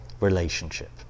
relationship